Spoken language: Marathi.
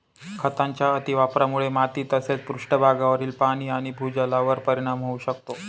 खतांच्या अतिवापरामुळे माती तसेच पृष्ठभागावरील पाणी आणि भूजलावर परिणाम होऊ शकतो